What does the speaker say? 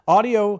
Audio